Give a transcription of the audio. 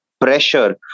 pressure